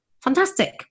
fantastic